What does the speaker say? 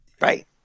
Right